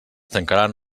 tancaran